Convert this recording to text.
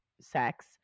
Sex